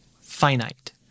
finite